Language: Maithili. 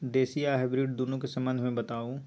देसी आ हाइब्रिड दुनू के संबंध मे बताऊ?